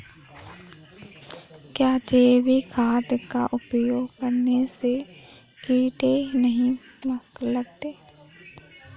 क्या जैविक खाद का उपयोग करने से कीड़े नहीं लगते हैं?